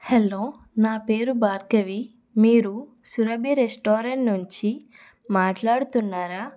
hello నా పేరు భార్గవి మీరు సురభి రెస్టారెంట్ నుంచి మాట్లాడుతున్నారా